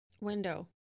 window